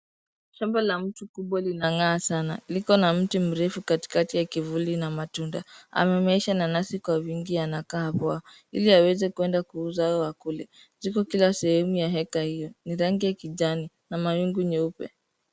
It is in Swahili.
Shamba la mtu kubwa linang'aa sana. Liko na mti mrefu katikati ya kivuli na matunda. Amemeesha nanasi kwa vingi anakaa poa ili aweze kwenda kuuza au akule. Ziko kila sehemu ya heka hiyo ni rangi ya kijani na mawingu nyeupe.